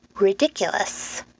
Ridiculous